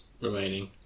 remaining